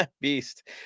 Beast